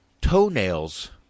toenails